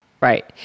Right